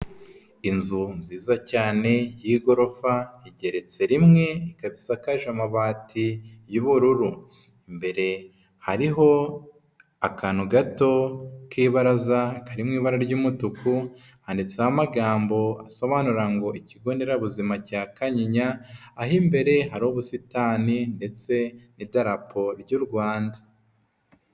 Inzu nziza cyane y'igorofa igereretse rimwe ikaba isakaje amabati y'ubururu, imbere hariho akantu gato k'ibaraza kariri mu ibara ry'umutuku handitseho amagambo asobanura ngo ikigo nderabuzima cya Kanyinya aho imbere hari ubusitani ndetse n'idarapo ry' u Rwanda.